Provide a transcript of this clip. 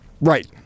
Right